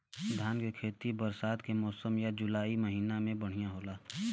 धान के खेती बरसात के मौसम या जुलाई महीना में बढ़ियां होला?